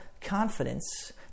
confidence